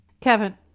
Kevin